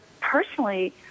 personally